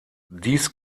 dies